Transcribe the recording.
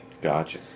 Gotcha